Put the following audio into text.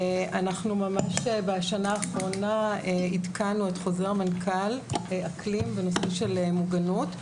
בשנה האחרונה עדכנו את חוזר המנכ"ל אקלים בנושא של מוגנות,